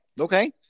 Okay